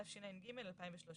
התשע"ג-2013,